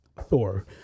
Thor